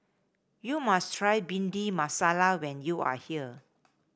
you must try Bhindi Masala when you are here